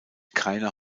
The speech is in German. keiner